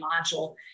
module